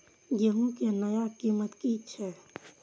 गेहूं के नया कीमत की छे?